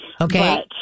Okay